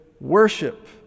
worship